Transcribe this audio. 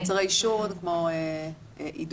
ומוצרי עישון כמו אידוי.